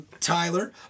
Tyler